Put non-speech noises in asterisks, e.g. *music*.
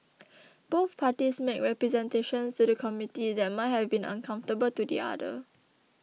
*noise* both parties made representations to the Committee that might have been uncomfortable to the other